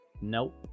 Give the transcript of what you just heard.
Nope